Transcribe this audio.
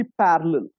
parallel